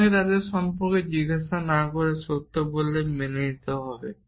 আপনাকে তাদের সম্পর্কে জিজ্ঞাসা না করে সত্য বলে মেনে নিতে হবে